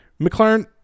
McLaren